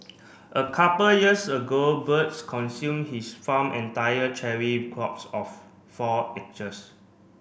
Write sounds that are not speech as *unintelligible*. a couple years ago birds consume his farm entire cherry crops of four *unintelligible*